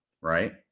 right